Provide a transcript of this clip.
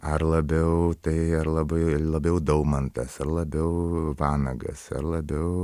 ar labiau tai ar labai labiau daumantas ar labiau vanagas ar labiau